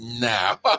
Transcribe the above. now